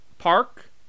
Park